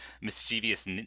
mischievous